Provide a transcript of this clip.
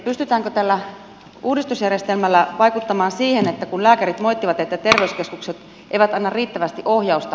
pystytäänkö tällä uudistusjärjestelmällä vaikuttamaan siihen mitä lääkärit moittivat että terveyskeskukset eivät anna riittävästi ohjausta